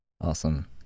Awesome